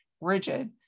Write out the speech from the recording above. rigid